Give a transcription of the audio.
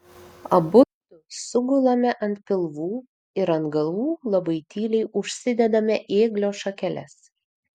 abudu sugulame ant pilvų ir ant galvų labai tyliai užsidedame ėglio šakeles